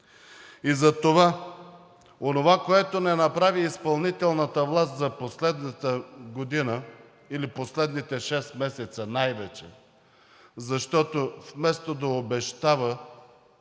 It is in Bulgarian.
И затова онова, което не направи изпълнителната власт за последната година или последните шест месеца най-вече, защото, вместо да обещава,